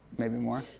maybe more.